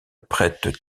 prête